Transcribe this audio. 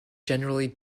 generally